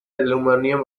aluminium